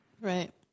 Right